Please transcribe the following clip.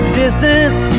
distance